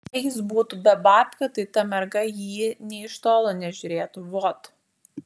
jei jis butų be babkių tai ta merga į jį nė iš tolo nežiūrėtų vot